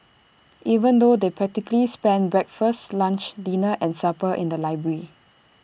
even though they practically spent breakfast lunch dinner and supper in the library